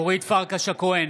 אורית פרקש הכהן,